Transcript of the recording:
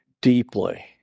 deeply